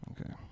Okay